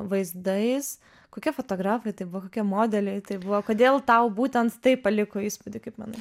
vaizdais kokie fotografai tai buvo kokie modeliai tai buvo kodėl tau būtent tai paliko įspūdį kaip manai